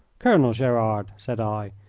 colonel gerard, said i.